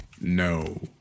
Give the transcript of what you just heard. No